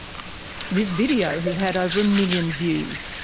this video has had over a million views.